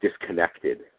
disconnected